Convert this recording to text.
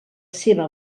seva